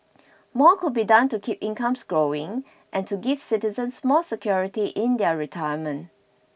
more could be done to keep incomes growing and to give citizens more security in their retirement